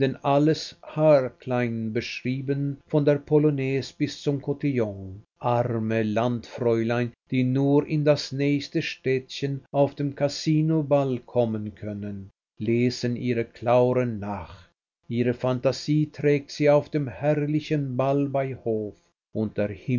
alles haarklein beschrieben von der polonäse bis zum kotillon arme landfräulein die nur in das nächste städtchen auf den kasinoball kommen können lesen ihren clauren nach ihre phantasie trägt sie auf den herrlichen ball bei hof und